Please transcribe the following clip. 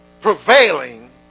prevailing